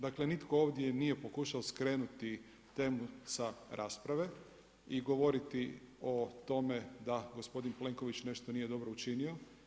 Dakle nitko ovdje nije pokušao skrenuti temu sa rasprave i govoriti o tome da gospodin Plenković nešto nije dobro učinio.